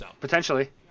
Potentially